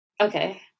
Okay